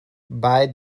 bei